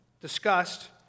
discussed